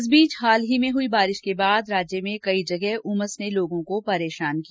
इस बीच हाल ही में हुई बारिश के बाद राज्य में कई जगह उमस ने लोगों को परेशान किया